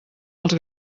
els